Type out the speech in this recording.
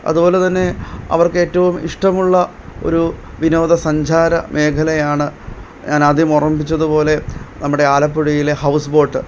അതുപോലെതന്നെ അവർക്കേറ്റവും ഇഷ്ടമുള്ള ഒരു വിനോദസഞ്ചാര മേഖലയാണ് ഞാൻ ആദ്യം ഓർമിപ്പിച്ചതുപോലെ നമ്മുടെ ആലപ്പുഴയിലെ ഹൗസ് ബോട്ട്